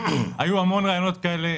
היו המון רעיונות כאלה,